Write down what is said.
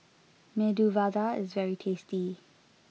Medu Vada is very tasty